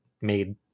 made